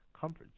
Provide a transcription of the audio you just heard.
comfort